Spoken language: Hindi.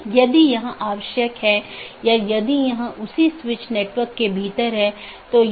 इसलिए उद्देश्य यह है कि इस प्रकार के पारगमन ट्रैफिक को कम से कम किया जा सके